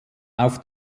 auf